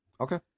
Okay